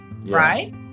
right